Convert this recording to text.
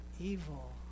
evil